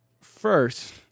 First